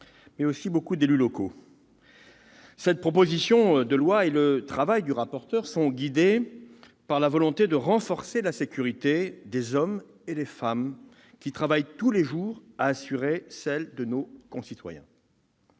mais aussi bien des élus locaux. Cette proposition de loi et le travail du rapporteur sont guidés par la volonté de renforcer la sécurité des hommes et des femmes qui travaillent tous les jours à assurer celle de nos concitoyens.